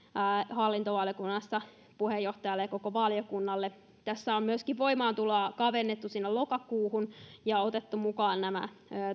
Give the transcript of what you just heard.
hallintovaliokunnassa puheenjohtajalle ja koko valiokunnalle tässä on myöskin voimaantuloa kavennettu sinne lokakuuhun ja otettu mukaan